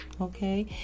Okay